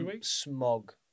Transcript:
smog